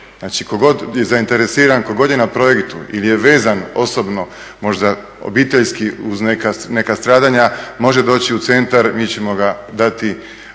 znači, tko god je zainteresiran, tko god je na projektu ili je vezan osobno možda obiteljski uz neka stradanja, može doći u centar, mi ćemo ga dati